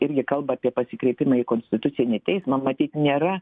irgi kalba apie pasikreipimą į konstitucinį teismą matyt nėra